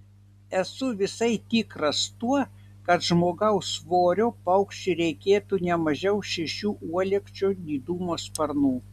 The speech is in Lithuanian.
esu visai tikras tuo kad žmogaus svorio paukščiui reikėtų ne mažiau šešių uolekčių didumo sparnų